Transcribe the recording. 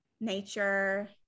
nature